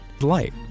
light